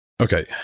Okay